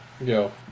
Yo